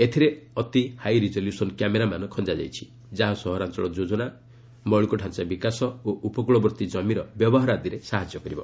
ଏଥିରେ ଅତି high resolution camera ଖଞ୍ଜାଯାଇଛି ଯାହା ସହରାଞ୍ଚଳ ଯୋଜନା ମୌଳିକ ଢାଞ୍ଚା ବିକାଶ ଓ ଉପକୂଳବର୍ତ୍ତୀ ଜମିର ବ୍ୟବହାର ଆଦିରେ ସାହାଯ୍ୟ କରିବ